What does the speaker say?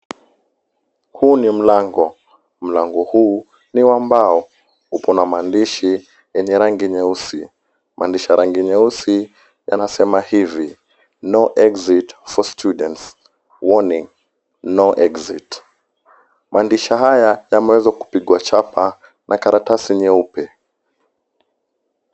Huu ni mlango. Mlango huu ni wa mbao. Uko na maandishi yenye rangi nyeusi. Maandishi ya rangi nyeusi yanasema hivi no exit for students, warning no exit . Maandishi haya yameweza kupigwa chapa na karatasi nyeupe.